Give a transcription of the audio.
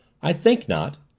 i think not.